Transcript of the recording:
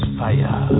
fire